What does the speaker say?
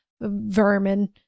vermin